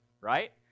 right